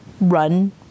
run